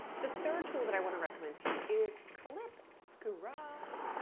the third tool that i want to recommend to you is clipscribe.